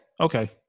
Okay